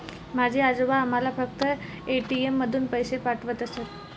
माझे आजोबा आम्हाला फक्त ए.टी.एम मधून पैसे पाठवत असत